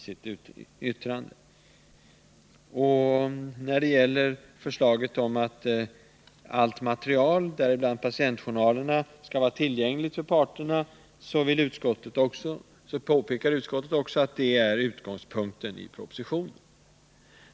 Beträffande förslaget om att allt material, däribland patientjournaler, skall vara tillgängligt för parterna påpekar utskottet att det är utgångspunkten i propositionen.